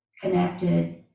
Connected